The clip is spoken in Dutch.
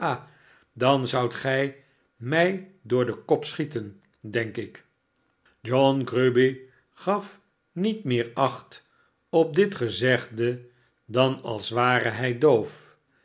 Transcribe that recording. dan zoudt gij mij door den kop schieten denk ik john grueby gaf niet meer acht op dit gezegde dan als ware hij doof